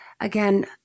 again